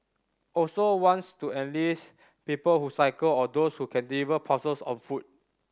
also wants to enlist people who cycle or those who can deliver parcels on foot